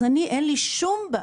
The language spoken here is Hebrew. אז אני, אין לי שום בעיה,